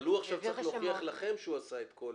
אבל הוא צריך להוכיח לכם שהוא עשה את הכול.